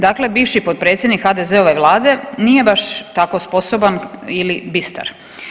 Dakle, bivši potpredsjednik HDZ-ove vlade nije baš tako sposoban ili bistar.